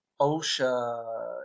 OSHA